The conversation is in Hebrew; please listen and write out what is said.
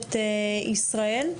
מורשת ישראל.